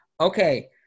Okay